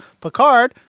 Picard